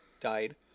died